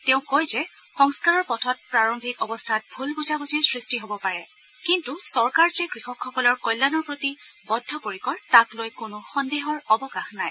তেওঁ কয় যে সংস্কাৰৰ পথত প্ৰাৰম্ভিক অৱস্থাত ভুল বুজাবুজিৰ সৃষ্টি হব পাৰে কিন্ত চৰকাৰ যে কৃষকসকলৰ কল্যাণৰ প্ৰতি বদ্ধপৰিকৰ তাক লৈ কোনো সন্দেহৰ অৱকাশ নাই